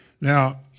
Now